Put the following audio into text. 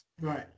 right